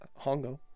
hongo